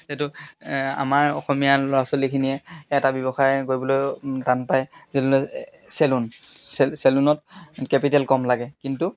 আমাৰ অসমীয়া ল'ৰা ছোৱালীখিনিয়ে এটা ব্যৱসায় কৰিবলৈ টান পায় যেনে চেলুন চেলুনত কেপিটেল কম লাগে কিন্তু